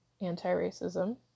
anti-racism